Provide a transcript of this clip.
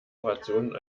operationen